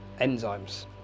enzymes